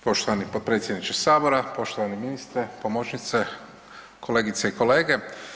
Poštovani potpredsjedniče Sabora, poštovani ministre, pomoćnice, kolegice i kolege.